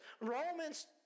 Romans